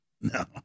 No